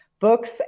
books